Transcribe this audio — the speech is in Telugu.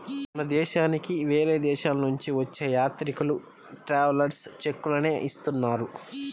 మన దేశానికి వేరే దేశాలనుంచి వచ్చే యాత్రికులు ట్రావెలర్స్ చెక్కులనే ఇస్తున్నారు